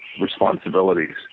responsibilities